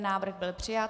Návrh byl přijat.